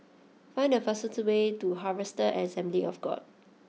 find the fastest way to Harvester Assembly of God